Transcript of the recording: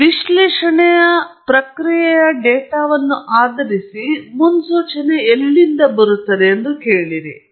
ಮುನ್ಸೂಚನೆಯ ವಿಶ್ಲೇಷಣೆ ಪ್ರಕ್ರಿಯೆಯ ಡೇಟಾವನ್ನು ಆಧರಿಸಿ ಎಲ್ಲಿದೆ ಎಂದು ಕೇಳುತ್ತದೆ